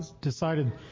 decided